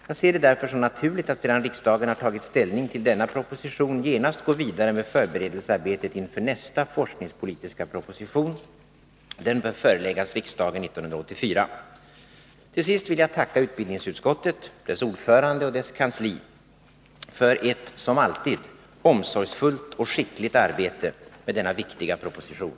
Jag ser det därför som naturligt att sedan riksdagen har tagit ställning till denna proposition genast gå vidare med förberedelsearbetet inför nästa forskningspolitiska proposition. Den bör föreläggas riksdagen 1984. Till sist vill jag tacka utbildningsutskottet, dess ordförande och dess kansli, för ett som alltid omsorgsfullt och skickligt arbete med denna viktiga proposition.